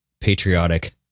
patriotic